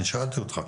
אני שאלתי אותך.